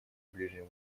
ближнем